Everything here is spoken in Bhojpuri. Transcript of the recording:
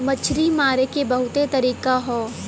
मछरी मारे के बहुते तरीका हौ